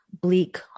bleak